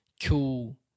cool